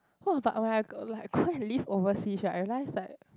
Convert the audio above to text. !wah! but when I g~ go and live overseas right I realise like